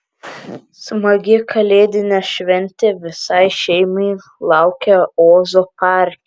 smagi kalėdinė šventė visai šeimai laukia ozo parke